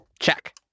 Check